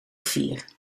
vier